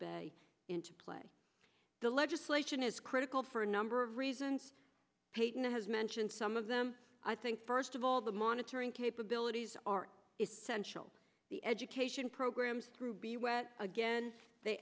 bay into play the legislation is critical for a number of reasons peyton has mentioned some of them i think first of all the monitoring capabilities are essential the education programs through again they